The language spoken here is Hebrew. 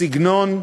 הסגנון,